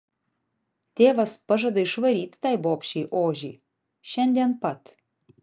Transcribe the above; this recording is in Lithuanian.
tėvas pažada išvaryti tai bobšei ožį šiandien pat